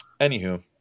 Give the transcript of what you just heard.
anywho